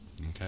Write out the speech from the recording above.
okay